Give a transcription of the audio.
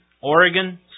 Oregon